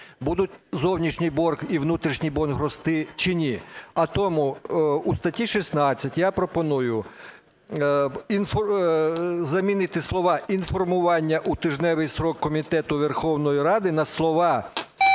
будуть зовнішній борг і внутрішній борг рости чи ні. А тому у статті 16 я пропоную замінити слова "інформування у тижневий строк комітету Верховної Ради" на слова